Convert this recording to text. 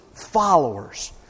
followers